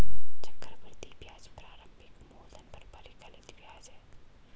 चक्रवृद्धि ब्याज प्रारंभिक मूलधन पर परिकलित ब्याज है